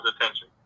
attention